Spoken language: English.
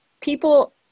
people